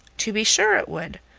to be sure it would.